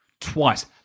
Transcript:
twice